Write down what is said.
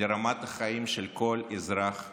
לרמת החיים של כל אזרח כאן.